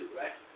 right